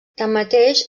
tanmateix